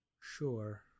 Sure